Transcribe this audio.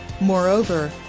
Moreover